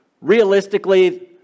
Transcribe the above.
realistically